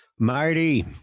Marty